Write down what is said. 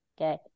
Okay